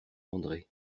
andré